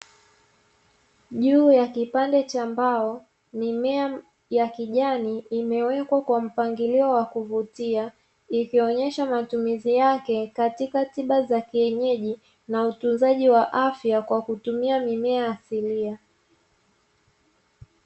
Juu ya kipande cha mbao mimea ya kijani imewekwa kwa mpangilio wa kuvutia, ikionyesha matumizi yake katika tiba za kienyeji, na utunzaji wa afya kwa kutumia mimea asilia.